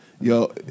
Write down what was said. yo